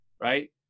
right